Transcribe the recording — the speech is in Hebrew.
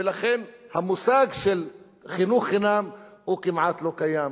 ולכן המושג של חינוך חינם כמעט שלא קיים.